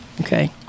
Okay